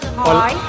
hi